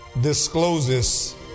discloses